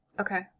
Okay